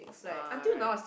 ah right